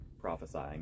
prophesying